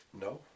No